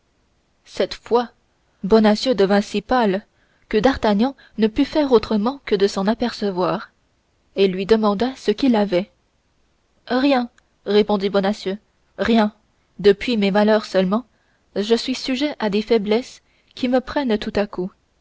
cette fois bonacieux devint si pâle que d'artagnan ne put faire autrement que de s'en apercevoir et lui demanda ce qu'il avait rien répondit bonacieux rien depuis mes malheurs seulement je suis sujet à des faiblesses qui me prennent tout à coup